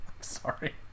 Sorry